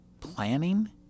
planning